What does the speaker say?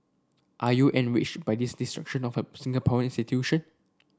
are you enraged by this destruction of a Singaporean institution